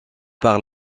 par